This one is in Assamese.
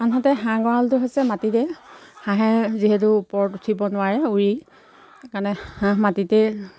আনহাতে হাঁহ গঁৰালটো হৈছে মাটিতে হাঁহে যিহেতু ওপৰত উঠিব নোৱাৰে উৰি সেইকাৰণে হাঁহ মাটিতে